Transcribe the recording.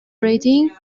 rating